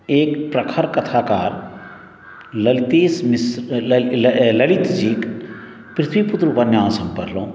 एक प्रखर कथाकार ललितेश मिश्र ललित जीक पृथ्वीपुत्र उपन्यास हम पढलहुॅं